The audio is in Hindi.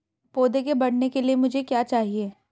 पौधे के बढ़ने के लिए मुझे क्या चाहिए?